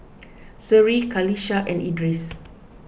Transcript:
Seri Qalisha and Idris